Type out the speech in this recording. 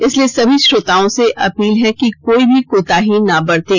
इसलिए समी श्रोताओं से अपील है कि कोई भी कोताही ना बरतें